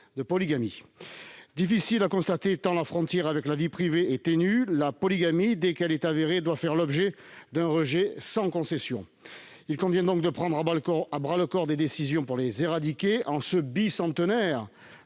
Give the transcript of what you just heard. de polygamie. Difficile à constater tant la frontière avec la vie privée est ténue, la polygamie, dès qu'elle est avérée, doit faire l'objet d'un rejet sans concession. Il convient donc de prendre à bras-le-corps des décisions pour l'éradiquer. En ce bicentenaire